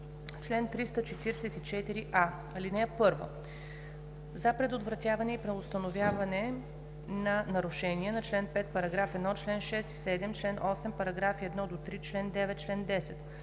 Чл. 344а. (1) За предотвратяване и преустановяване на нарушения на чл. 5, параграф 1, чл. 6 и 7, чл. 8, параграфи 1-3, чл. 9, чл. 10,